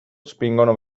spingono